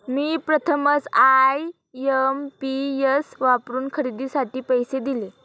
मी प्रथमच आय.एम.पी.एस वापरून खरेदीसाठी पैसे दिले